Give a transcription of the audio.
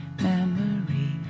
memory